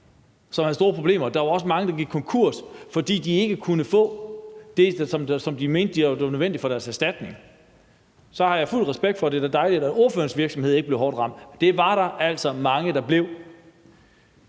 Der var også mange, der gik konkurs, fordi de ikke kunne få det, som de mente var nødvendigt som erstatning. Så har jeg fuld respekt for, at ordførerens virksomhed ikke blev hårdt ramt – det er da dejligt – men det var